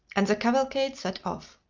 and the cavalcade set off.